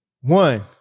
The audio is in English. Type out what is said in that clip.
one